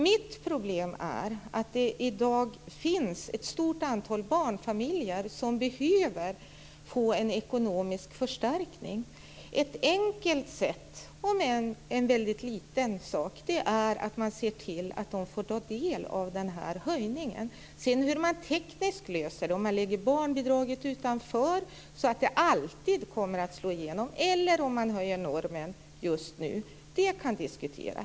Mitt problem är att det i dag finns ett stort antal barnfamiljer som behöver få en ekonomisk förstärkning. Ett enkelt sätt är att man ser till att de får ta del av den här höjningen. Hur man sedan löser det tekniskt, om man lägger barnbidraget utanför så att det alltid kommer att slå igenom eller om man höjer normen just nu, kan diskuteras.